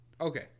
Okay